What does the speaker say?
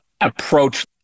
approach